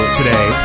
today